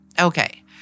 Okay